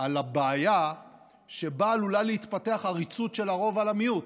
על הבעיה שעלולה להתפתח עריצות של הרוב על המיעוט?